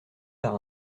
par